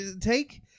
take